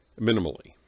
minimally